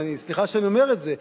וסליחה שאני אומר את זה,